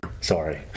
Sorry